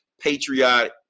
patriotic